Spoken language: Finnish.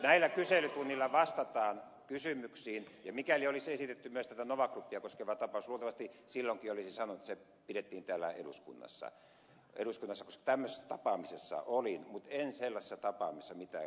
tällä kyselytunnilla vastataan kysymyksiin ja mikäli olisi esitetty myös tätä nova groupia koskeva tapaus luultavasti silloinkin olisin sanonut että se pidettiin täällä eduskunnassa koska tämmöisessä tapaamisessa olin mutta en sellaisessa tapaamisessa mitä ed